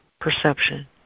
perception